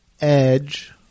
Edge